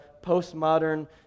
postmodern